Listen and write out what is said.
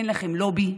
אין לכם לובי,